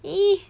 !ee!